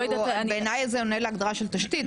ובעיניי זה עונה להגדרה של תשתית.